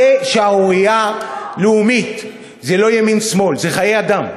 זו שערורייה לאומית, זה לא ימין שמאל, זה חיי אדם,